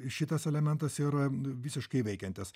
šitas elementas ir visiškai veikiantis